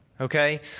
okay